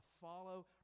follow